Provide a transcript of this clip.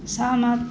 सहमत